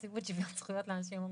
נציבות שוויון זכויות לאנשים עם מוגבלות.